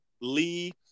Lee